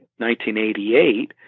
1988